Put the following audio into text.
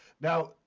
Now